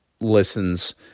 listens